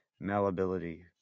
malleability